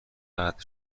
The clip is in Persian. قطع